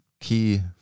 key